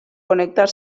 connectar